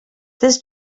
this